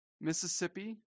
Mississippi